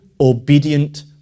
obedient